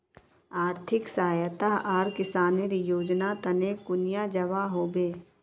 आर्थिक सहायता आर किसानेर योजना तने कुनियाँ जबा होबे?